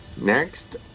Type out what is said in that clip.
Next